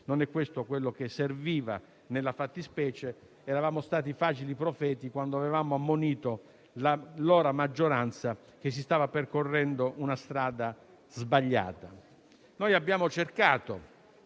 non è questo che serviva nella fattispecie. Eravamo stati facili profeti quando avevamo ammonito l'allora maggioranza che si stava percorrendo una strada sbagliata. Noi abbiamo cercato,